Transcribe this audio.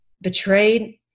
betrayed